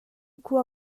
khua